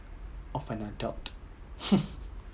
of an adult